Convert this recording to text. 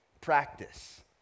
practice